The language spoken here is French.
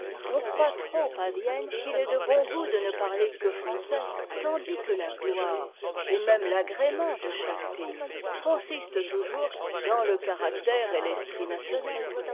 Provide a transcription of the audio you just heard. on croit trop à vienne qu'il est de bon goût de ne parler que français tandis que la gloire et même agrément de chaque pays consistent toujours dans le caractère et l'esprit national